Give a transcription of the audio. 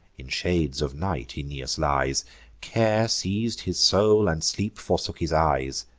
in shades of night aeneas lies care seiz'd his soul, and sleep forsook his eyes.